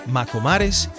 Macomares